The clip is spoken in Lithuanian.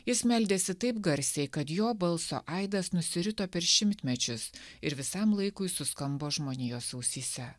jis meldėsi taip garsiai kad jo balso aidas nusirito per šimtmečius ir visam laikui suskambo žmonijos ausyse